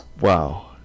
Wow